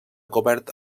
cobert